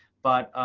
but